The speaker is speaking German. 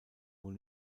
wohl